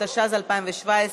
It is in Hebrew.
התשע"ז 2017,